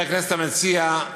שחבר הכנסת המציע,